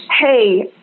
hey